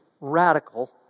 radical